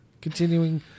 Continuing